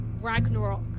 Ragnarok